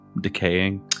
decaying